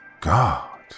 God